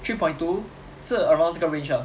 three point two 是 around 这个 range 的